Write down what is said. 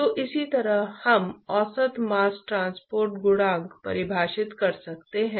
तो अब उस स्थान पर हीट ट्रांसपोर्ट क्या है